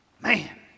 Man